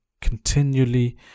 continually